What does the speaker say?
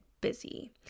busy